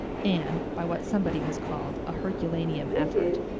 anne, by what somebody has called a herculaneum effort,